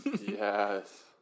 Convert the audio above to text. Yes